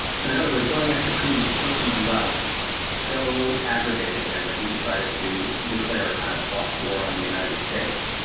so in other words, going after putin's personal wealth so aggravated him that he decided to declare a kind of soft war on the united states.